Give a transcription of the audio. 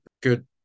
good